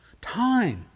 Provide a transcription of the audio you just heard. time